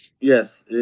yes